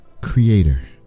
creator